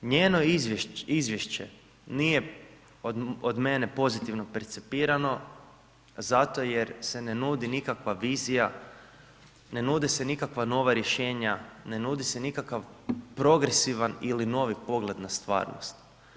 Njeno izvješće nije od mene pozitivno percipirano, zato jer se ne nudi nikakva vizija, ne nude se nikakva nova rješenja, ne nudi se nikakav progresivan ili novi pogled na stvarnost.